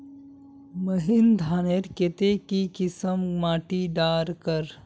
महीन धानेर केते की किसम माटी डार कर?